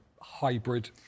hybrid